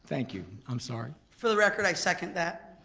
thank you, i'm sorry. for the record i second that.